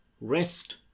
rest